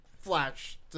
Flash